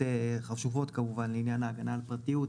חשובות כמובן לעניין ההגנה על פרטיות,